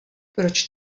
proč